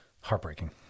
Heartbreaking